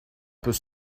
peut